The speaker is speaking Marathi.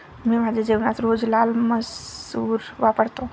मी माझ्या जेवणात रोज लाल मसूर वापरतो